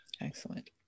excellent